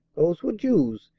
those were jews,